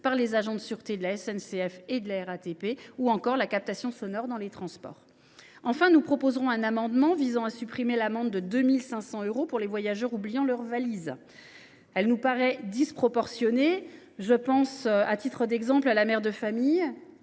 par les agents de sûreté de la SNCF et de la RATP ; ou encore la captation sonore dans les transports. Enfin, nous proposerons un amendement visant à supprimer l’amende de 2 500 euros à l’encontre des voyageurs oubliant leur valise, qui nous paraît disproportionnée. Je pense, par exemple, à la mère de famille